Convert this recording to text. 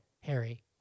Harry